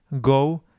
Go